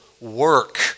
work